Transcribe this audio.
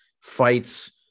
fights